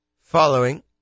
following